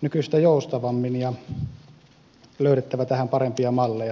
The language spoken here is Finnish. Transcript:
nykyistä joustavammin ja löydettävä tähän parempia malleja